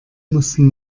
mussten